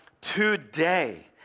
Today